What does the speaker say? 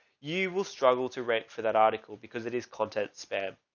you will struggle to rank for that article because it is content spam.